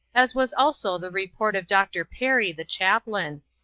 as was also the report of dr. perry, the chaplain.